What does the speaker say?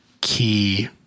key